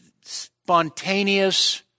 spontaneous